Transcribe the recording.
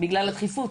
בגלל הדחיפות,